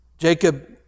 Jacob